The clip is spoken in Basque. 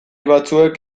batzuek